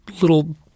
little